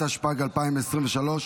התשפ"ג 2022,